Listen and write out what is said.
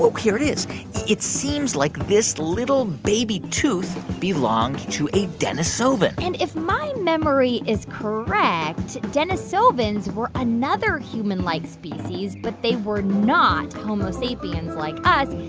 whoa, here it is. it seems like this little baby tooth belonged to a denisovan and if my memory is correct, denisovans were another humanlike species, but they were not homo sapiens like us.